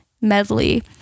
medley